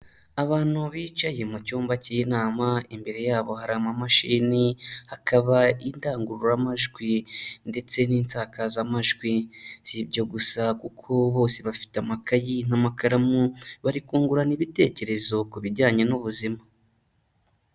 Abantu bicaye mu cyumba cy'inama, imbere yabo hari amamashini hakaba indangururamajwi ndetse n'insakazamajwi, si ibyo gusa kuko bose bafite amakayi n'amakaramu bari kungurana ibitekerezo ku bijyanye n'ubuzima.